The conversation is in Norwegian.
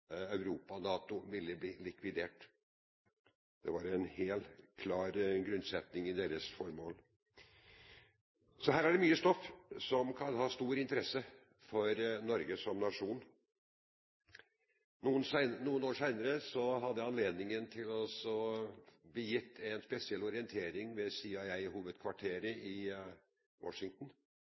Europa/NATO ville blitt likvidert. Det var en helt klar grunnsetning i deres formål. Så her er det mye stoff som kan ha stor interesse for Norge som nasjon. Noen år senere fikk jeg anledning til å bli gitt en spesiell orientering ved CIA-hovedkvarteret i Washington.